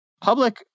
public